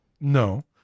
no